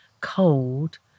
cold